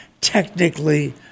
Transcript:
technically